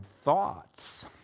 thoughts